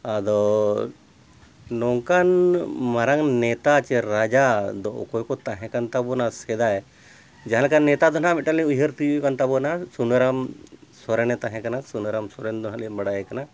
ᱟᱫᱚ ᱱᱚᱝᱠᱟᱱ ᱢᱟᱨᱟᱝ ᱱᱮᱛᱟ ᱪᱮ ᱨᱟᱡᱟ ᱫᱚ ᱚᱠᱚᱭ ᱠᱚ ᱛᱟᱦᱮᱸ ᱠᱟᱱ ᱛᱟᱵᱚᱱᱟ ᱥᱮᱫᱟᱭ ᱡᱟᱦᱟᱸᱞᱮᱠᱟ ᱱᱮᱛᱟᱨ ᱫᱚ ᱱᱟᱦᱟᱸᱜ ᱢᱤᱫᱴᱟᱝ ᱞᱤᱧ ᱩᱭᱦᱟᱹᱨ ᱛᱤᱭᱳᱜ ᱠᱟᱱ ᱛᱟᱵᱚᱱᱟ ᱥᱩᱱᱟᱹᱨᱟᱢ ᱥᱚᱨᱮᱱᱮ ᱛᱟᱦᱮᱸ ᱠᱟᱱᱟ ᱥᱩᱱᱟᱨᱟᱢ ᱥᱚᱨᱮᱱ ᱫᱚ ᱦᱟᱸᱜ ᱞᱤᱧ ᱵᱟᱲᱟᱭ ᱠᱟᱱᱟ